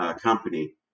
company